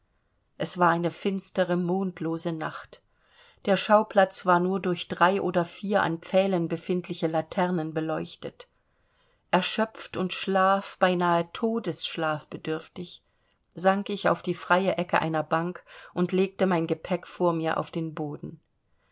es war eine finstere mondlose nacht der schauplatz war nur durch drei oder vier an pfählen befindliche laternen beleuchtet erschöpft und schlaf beinahe todesschlafbedürftig sank ich auf die freie ecke einer bank und legte mein gepäck vor mir auf den boden